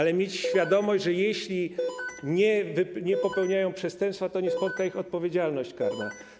Muszą mieć świadomość, że jeśli nie popełnią przestępstwa, to nie spotka ich odpowiedzialność karna.